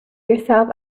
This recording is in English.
yourself